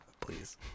please